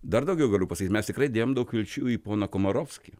dar daugiau galiu pasakyt mes tikrai dėjom daug vilčių į poną komorovskį